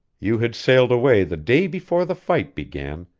you had sailed away the day before the fight began,